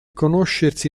conoscersi